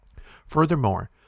Furthermore